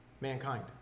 mankind